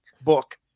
Book